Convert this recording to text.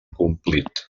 complit